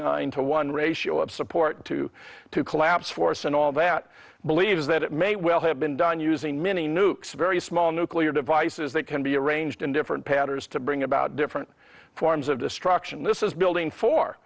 nine to one ratio of support two to collapse force and all that believes that it may well have been done using mini nukes very small nuclear devices that can be arranged in different patterns to bring about different forms of destruction this is building for